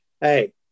Hey